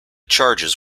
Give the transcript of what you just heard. charges